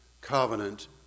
covenant